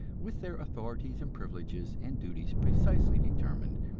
with their authorities and privileges and duties precisely determined,